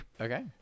Okay